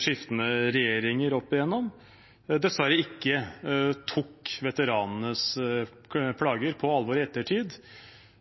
skiftende regjeringer opp igjennom – dessverre ikke tok veteranenes plager på alvor i ettertid.